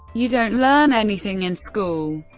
you don't learn anything in school.